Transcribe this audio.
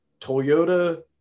toyota